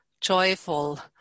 joyful